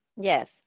Yes